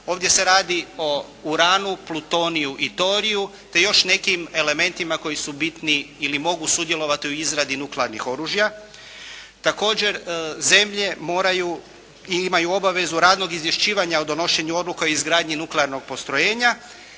Ovdje se radi o uranu, plutoniju i toriju te još nekim elementima koji su bitni ili mogu sudjelovati u izradi nuklearnih oružja. Također zemlje moraju i imaju obavezu radnog izvješćivanja o donošenju odluka o izgradnji nuklearnog postrojenja.